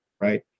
Right